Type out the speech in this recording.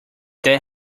that